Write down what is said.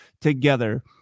together